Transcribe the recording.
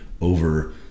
over